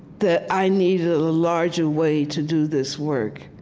that i needed a larger way to do this work,